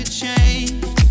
change